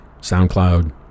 SoundCloud